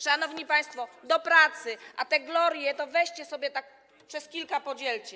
Szanowni państwo, do pracy, a te glorie to weźcie sobie tak przez kilka podzielcie.